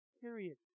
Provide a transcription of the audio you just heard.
Period